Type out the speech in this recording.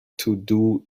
todo